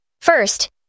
First